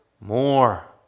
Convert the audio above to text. more